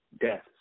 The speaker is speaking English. death